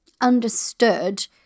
understood